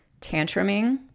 tantruming